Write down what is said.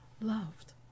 loved